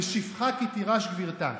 ו"שפחה כי תירש גבִרְתה"